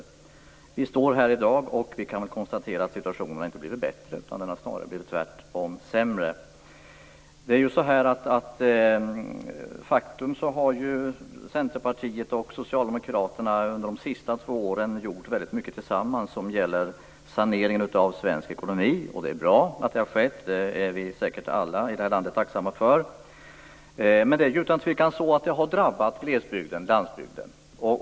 När vi står här i dag kan vi konstatera att situationen inte har blivit bättre utan snarare sämre. De facto har Centerpartiet och Socialdemokraterna under de senaste två åren gjort mycket tillsammans för saneringen av svensk ekonomi, och vi är säkert alla i vårt land tacksamma för det, men den har otvivelaktigt drabbat landsbygden.